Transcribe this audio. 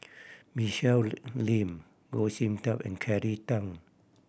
Michelle Lim Goh Sin Tub and Kelly Tang